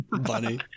bunny